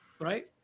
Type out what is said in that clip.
right